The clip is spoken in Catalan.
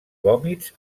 vòmits